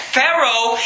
Pharaoh